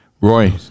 Roy